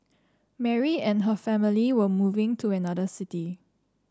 Mary and her family were moving to another city